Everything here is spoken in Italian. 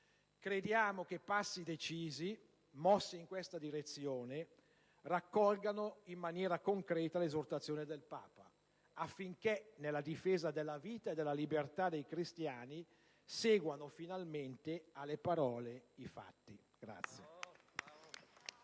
Crediamo che passi decisi, mossi in questa direzione, raccolgano in maniera concreta l'esortazione del Papa, affinché nella difesa della vita e della libertà dei cristiani seguano finalmente alle parole i fatti.